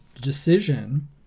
decision